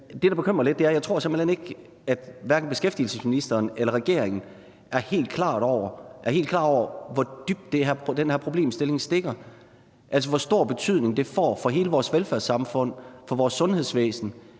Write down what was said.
Men det bekymrer mig lidt. Jeg tror simpelt hen ikke, at hverken beskæftigelsesministeren eller regeringen er helt klar over, hvor dybt den her problemstilling stikker, altså, hvor stor betydning det får for hele vores velfærdssamfund, for vores sundhedsvæsen.